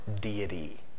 deity